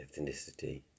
ethnicity